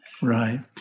Right